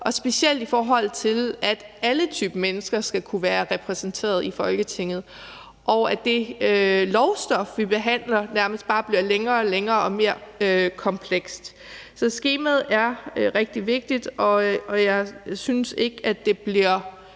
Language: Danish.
specielt i forhold til at alle typer mennesker skal kunne være repræsenteret i Folketinget, og i forhold til at det lovstof, vi behandler, nærmest bare bliver længere og længere og mere komplekst. Så skemaet er rigtig vigtigt, og jeg synes ikke, at det bliver